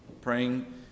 praying